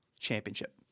championship